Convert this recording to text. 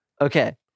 Okay